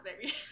baby